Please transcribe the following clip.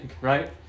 Right